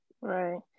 Right